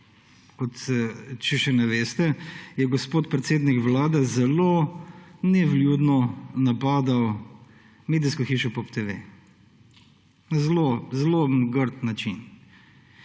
TV. Če še ne veste, je gospod predsednik vlade zelo nevljudno napadel medijsko hišo POP TV na zelo, zelo grd način.